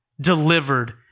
delivered